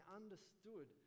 understood